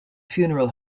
funeral